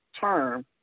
term